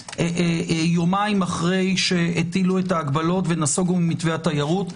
יומיים אחרי שהטילו את ההגבלות ונסוגו ממתווה התיירות.